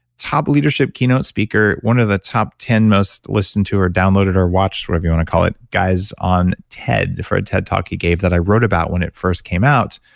top leadership keynote speaker, one of the top ten most listened to or downloaded or watched, whatever sort of you want to call it, guys on ted. for a ted talk he gave that i wrote about when it first came out,